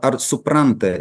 ar supranta